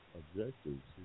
objectives